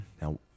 now